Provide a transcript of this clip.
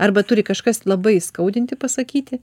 arba turi kažkas labai įskaudinti pasakyti